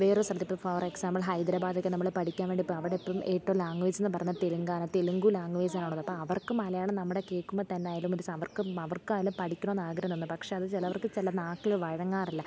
വേറൊരു സ്ഥലത്തിപ്പം for example ഹൈദ്രാബാദൊക്കെ നമ്മൾ പഠിക്കാൻ വേണ്ടി പോയി അവിടെ ഇപ്പം ഏറ്റവും ലാംഗ്വേജ് എന്ന് പറഞ്ഞാൽ തെലുങ്കാണ് തെലുങ്ക് ലാംഗ്വേജ് ആണ് ഉള്ളത് അപ്പം അവർക്ക് മലയാളം നമ്മുടെ കേൾക്കുമ്പം തന്നെ ആയാലും അവർക്ക് അവർക്കത് പഠിക്കണമെന്ന് ആഗ്രഹം ഉണ്ട് പക്ഷേ അത് ചിലർക്ക് ചിലത് നാക്കിൽ വഴങ്ങാറില്ല